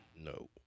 No